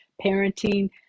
parenting